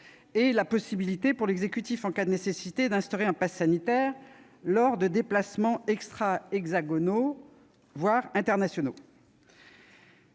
et la possibilité pour l'exécutif, en cas de nécessité, d'instaurer un passe sanitaire lors de déplacements hors de l'Hexagone ou à l'international.